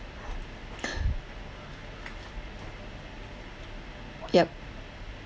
yup